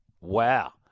wow